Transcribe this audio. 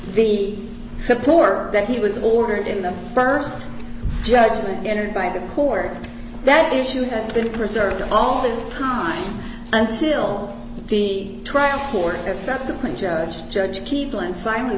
the support that he was ordered in the st judgment entered by the court that issue has been preserved all this time until the trial for a subsequent judge judge